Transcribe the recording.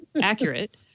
accurate